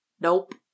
Nope